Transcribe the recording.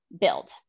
build